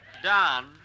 Don